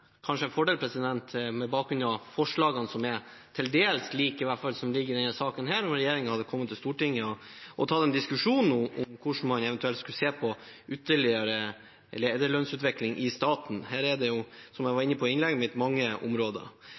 kanskje vært en fordel – med bakgrunn i forslagene, som er til dels like, som ligger i denne saken – om regjeringen hadde kommet til Stortinget og tatt en diskusjon om hvordan man eventuelt skulle se på ytterligere lederlønnsutvikling i staten. Her er det, som jeg var inne på i innlegget mitt, mange områder.